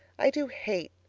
i do hate.